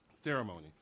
ceremony